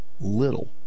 little